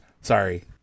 Sorry